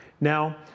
Now